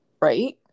right